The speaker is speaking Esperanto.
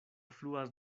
fluas